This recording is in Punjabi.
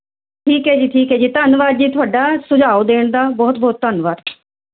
ਠੀਕ ਹੈ ਜੀ ਠੀਕ ਹੈ ਜੀ ਧੰਨਵਾਦ ਜੀ ਤੁਹਾਡਾ ਸੁਝਾਓ ਦੇਣ ਦਾ ਬਹੁਤ ਬਹੁਤ ਧੰਨਵਾਦ